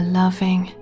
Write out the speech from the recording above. loving